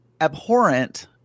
abhorrent